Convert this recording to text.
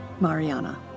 Mariana